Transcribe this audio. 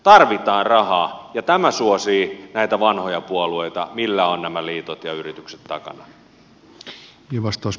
tarvitaan rahaa ja tämä suosii näitä vanhoja puolueita millä on nämä liitot ja yritykset takana